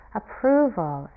approval